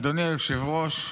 אדוני היושב-ראש,